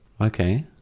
Okay